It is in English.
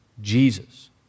Jesus